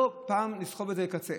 לא פעם לסחוב את זה לקצה,